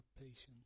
patience